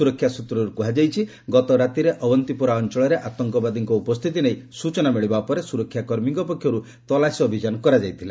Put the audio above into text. ସୁରକ୍ଷା ସ୍ୱତ୍ରରୁ କୁହାଯାଇଛି ଗତରାତିରେ ଅଓ୍ୱନ୍ତିପୋରା ଅଞ୍ଚଳରେ ଆତଙ୍କବାଦୀଙ୍କ ଉପସ୍ଥିତି ନେଇ ସୂଚନା ମିଳିବା ପରେ ସୁରକ୍ଷାକର୍ମୀଙ୍କ ପକ୍ଷରୁ ତଲାସୀ ଅଭିଯାନ କରାଯାଇଥିଲା